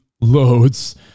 loads